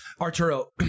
Arturo